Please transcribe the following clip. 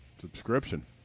Subscription